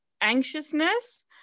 anxiousness